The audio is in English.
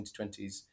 2020s